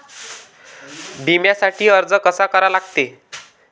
बिम्यासाठी अर्ज कसा करा लागते?